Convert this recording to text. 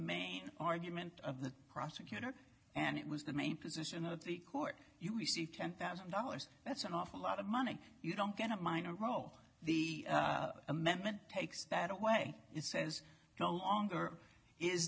main argument of the prosecutor and it was the main position of the court you received ten thousand dollars that's an awful lot of money you don't get a minor role the amendment takes that away it says no longer is